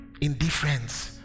Indifference